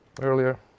earlier